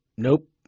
Nope